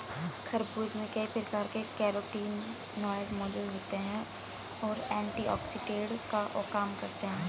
खरबूज में कई प्रकार के कैरोटीनॉयड मौजूद होते और एंटीऑक्सिडेंट का काम करते हैं